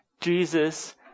Jesus